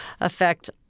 affect